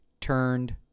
turned